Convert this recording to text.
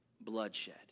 bloodshed